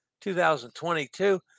2022